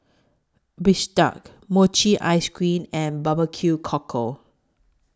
Bistake Mochi Ice Cream and Barbecue Cockle